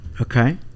Okay